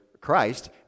Christ